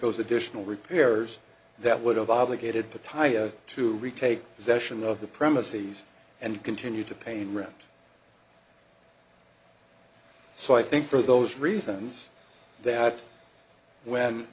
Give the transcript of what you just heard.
those additional repairs that would have obligated to tire to retake possession of the premises and continue to pain rent so i think for those reasons that when